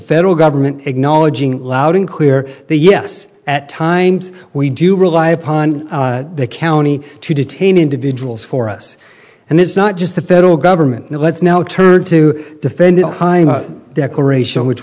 federal government acknowledging loud and clear the yes at times we do rely upon the county to detain individuals for us and it's not just the federal government and let's now turn to defendant declaration which